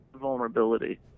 vulnerability